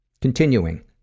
Continuing